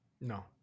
No